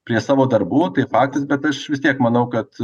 prie savo darbuotojų patys bet aš vis tiek manau kad